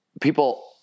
people